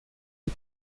die